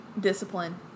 Discipline